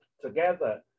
together